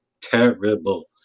terrible